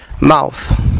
mouth